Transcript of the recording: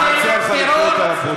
אני מציע לך לקרוא את הפרוטוקול.